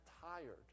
tired